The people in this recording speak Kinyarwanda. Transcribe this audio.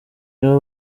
nibo